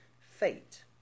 fate